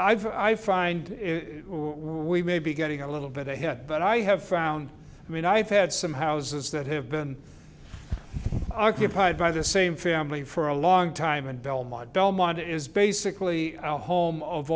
find we may be getting a little bit ahead but i have found i mean i've had some houses that have been occupied by the same family for a long time and belmont belmont is basically a home of